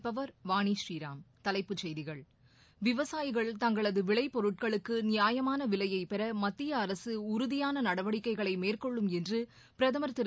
ஆகாஷவாணி தலைப்புச் செய்திகள் விவசாயிகள் தங்களது விளைப்பொருட்களுக்கு நியாயமான விலையை பெற மத்திய அரசு உறுதியான நடவடிக்கைகளை மேற்கொள்ளும் என்று பிரதமா் திரு